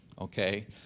Okay